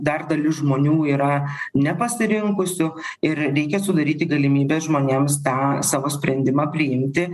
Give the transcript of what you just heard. dar dalis žmonių yra nepasirinkusių ir reikia sudaryti galimybę žmonėms tą savo sprendimą priimti